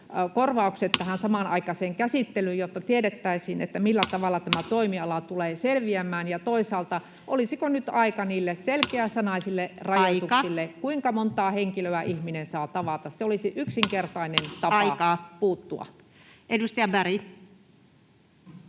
koputtaa] tähän samanaikaiseen käsittelyyn, jotta tiedettäisiin, millä tavalla tämä toimiala tulee selviämään? Ja toisaalta, olisiko nyt aika niille selkeäsanaisille rajoituksille, [Puhemies: Aika!] kuinka montaa henkilöä ihminen saa tavata? Se olisi yksinkertainen tapa puuttua. [Speech 43]